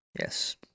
Yes